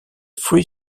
free